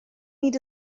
need